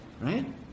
Right